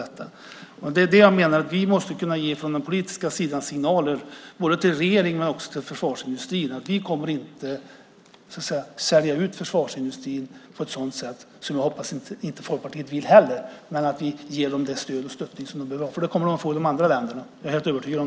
Därför menar jag att vi från den politiska sidan måste ge signaler både till regering och till försvarsindustrin att vi inte kommer att sälja ut försvarsindustrin på ett sätt som jag förstås hoppas att inte heller Folkpartiet vill, utan att vi ska ge dem det stöd de behöver. Det kommer nämligen försvarsindustrierna i de andra länderna att få. Det är jag helt övertygad om.